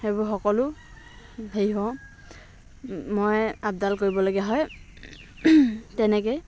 সেইবোৰ সকলো হেৰি হওঁ মই আপডাল কৰিবলগীয়া হয় তেনেকেই